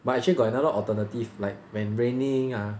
but actually got another alternative like when raining ah